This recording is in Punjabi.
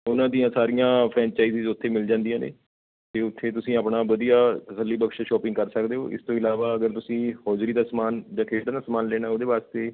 ਉਹਨਾਂ ਦੀਆਂ ਸਾਰੀਆਂ ਫੈਨਚਾਈਜ਼ਿਸ ਉੱਥੇ ਮਿਲ ਜਾਂਦੀਆਂ ਨੇ ਅਤੇ ਉੱਥੇ ਤੁਸੀਂ ਆਪਣਾ ਵਧੀਆ ਤਸੱਲੀ ਬਖਸ਼ ਸ਼ੋਪਿੰਗ ਕਰ ਸਕਦੇ ਹੋ ਇਸ ਤੋਂ ਇਲਾਵਾ ਅਗਰ ਤੁਸੀਂ ਹੋਜਰੀ ਦਾ ਸਮਾਨ ਜਾਂ ਖੇਡਾਂ ਦਾ ਸਮਾਨ ਲੈਣਾ ਉਹਦੇ ਵਾਸਤੇ